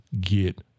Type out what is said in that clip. get